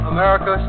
America